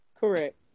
Correct